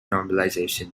normalization